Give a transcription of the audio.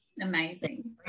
amazing